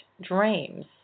dreams